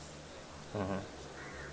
mmhmm